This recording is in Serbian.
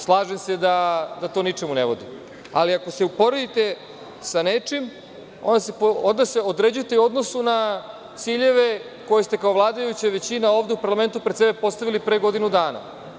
Slažem se da to ničemu ne vodi, ali ako se uporedite sa nečim, onda se određujete u odnosu na ciljeve koje ste kao vladajuća većina ovde u parlamentu pred sebe postavili pre godinu dana.